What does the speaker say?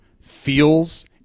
feels